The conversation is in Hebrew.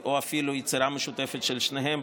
או אפילו ביצירה משותפת של שתיהן,